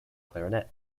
clarinet